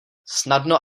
snadno